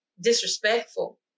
disrespectful